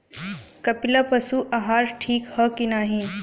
कपिला पशु आहार ठीक ह कि नाही?